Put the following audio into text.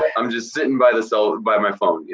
ah i'm just sittin' by the cell, by my phone. yeah